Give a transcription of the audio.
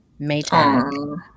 Maytag